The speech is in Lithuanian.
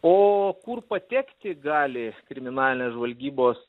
o kur patekti gali kriminalinės žvalgybos